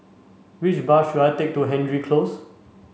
which bus should I take to Hendry Close